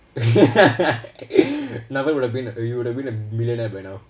navel would have been uh you would have been a millionaire by now